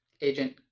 agent